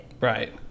Right